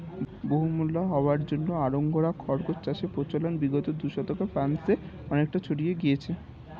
বহুমূল্য হওয়ার জন্য আঙ্গোরা খরগোশ চাষের প্রচলন বিগত দু দশকে ফ্রান্সে অনেকটা ছড়িয়ে গিয়েছে